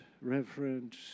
Reverend